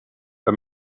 the